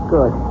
Good